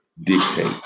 dictate